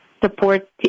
support